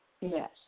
Yes